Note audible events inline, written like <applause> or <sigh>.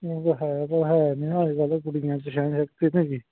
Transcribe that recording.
<unintelligible> ਹੈ ਤਾਂ ਹੈ ਨਹੀਂ ਨਾ ਅੱਜ ਕੱਲ੍ਹ ਕੁੜੀਆਂ 'ਚ ਸਹਿਣ ਸ਼ਕਤੀ ਨਹੀਂ ਹੈਗੀ